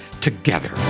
together